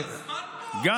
לזמן פה,